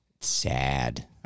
sad